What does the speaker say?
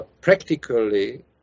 practically